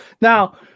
Now